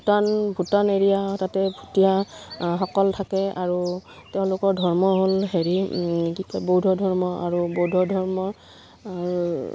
Bhutan Bhutan area তাতে ভুটীয়া সকল থাকে আৰু তেওঁলোকৰ ধৰ্ম হ'ল হেৰি কি কয় বৌদ্ধ ধৰ্ম আৰু বৌদ্ধ ধৰ্ম